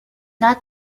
not